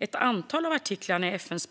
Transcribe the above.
Ett antal av artiklarna i FN:s barnkonvention handlar om att tillgängliggöra kultur.